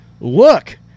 Look